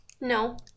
No